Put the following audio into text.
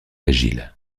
agile